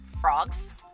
frogs